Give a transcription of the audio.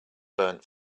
burned